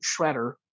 shredder